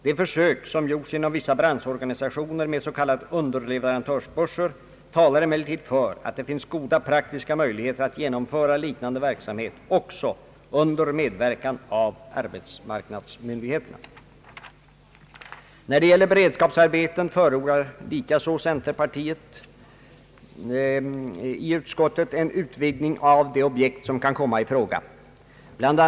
De försök som gjorts inom vissa branschorganisationer med lertid för att det finns goda praktiska möjligheter att genomföra liknande verksamhet också under medverkan av arbetsmarknadsmyndigheterna. När det gäller beredskapsarbeten förordar likaså centerpartiets och folkpartiets utskottsledamöter en utvidgning av de objekt som kan komma i fråga. BI.